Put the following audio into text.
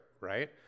right